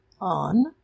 on